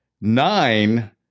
Nine